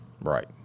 Right